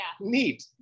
Neat